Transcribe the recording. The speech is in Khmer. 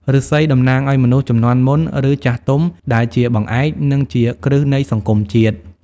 ឫស្សីតំណាងឱ្យមនុស្សជំនាន់មុន ឬចាស់ទុំដែលជាបង្អែក និងជាគ្រឹះនៃសង្គមជាតិ។